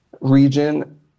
region